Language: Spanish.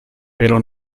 pero